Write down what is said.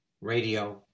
radio